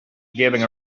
giving